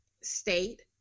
state